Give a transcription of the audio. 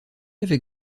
avec